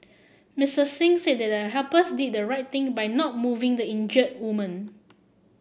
Misters Singh said the helpers did the right thing by not moving the injured woman